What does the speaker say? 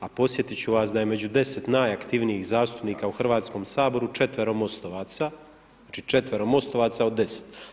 A podsjetit ću vas da je među 10 najaktivnijih zastupnika u Hrvatskom saboru četvero MOST-ovaca, znači četvero MOST-ovaca od 10.